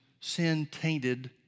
sin-tainted